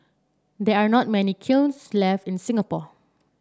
there are not many kilns left in Singapore